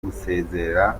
gusezera